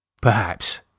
Perhaps